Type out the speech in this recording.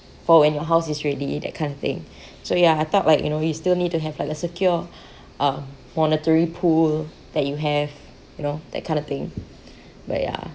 for when your house is ready that kind of thing so yeah I thought like you know we still need to have like a secure um monetary pool that you have you know that kind of thing but ya